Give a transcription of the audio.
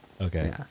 Okay